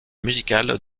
musicale